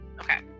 Okay